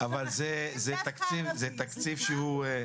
זה גם תקציב וזה גם